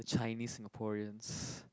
a Chinese Singaporeans